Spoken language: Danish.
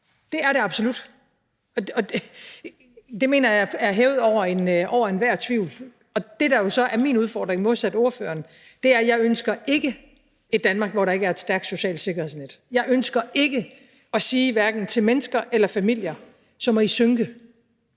Det er det absolut. Det mener jeg er hævet over enhver tvivl. Det, der jo så modsat ordføreren er min udfordring, er, at jeg ikke ønsker et Danmark, hvor der ikke er et stærkt socialt sikkerhedsnet. Jeg ønsker ikke at sige til mennesker og familier: Så må I synke.